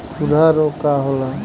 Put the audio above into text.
खुरहा रोग का होला?